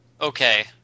Okay